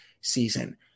season